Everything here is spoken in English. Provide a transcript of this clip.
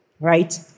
Right